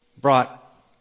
brought